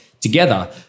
together